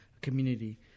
community